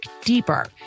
deeper